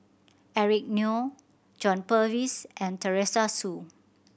Eric Neo John Purvis and Teresa Hsu